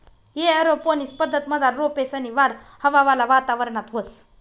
aeroponics पद्धतमझार रोपेसनी वाढ हवावाला वातावरणात व्हस